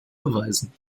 beweisen